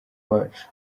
bacu